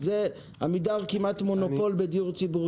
עמידר היא כמעט מונופול בדיור הציבור